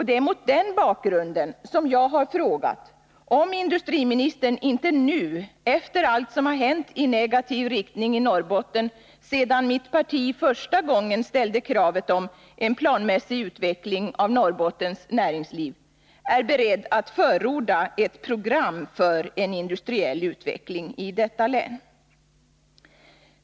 Det är mot den bakgrunden som jag har frågat om industriministern inte nu, efter allt som hänt i negativ riktning i Norrbotten sedan mitt parti första gången ställde kravet på en planmässig utveckling av Norrbottens näringsliv, är beredd att förorda ett program för en industriell utveckling i detta län.